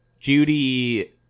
Judy